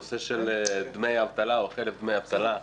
נושא של דמי אבטלה או חלק מדמי האבטלה.